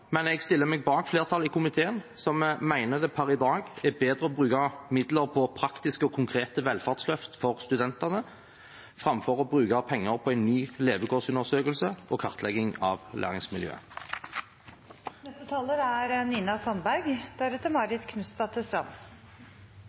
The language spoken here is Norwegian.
men jeg stiller meg bak flertallet i komiteen, som mener at det per i dag er bedre å bruke midler på praktiske og konkrete velferdsløft for studentene enn å bruke penger på en ny levekårsundersøkelse og kartlegging av læringsmiljøet. God og treffsikker politikk må være fundamentert på kunnskap. Arbeiderpartiet er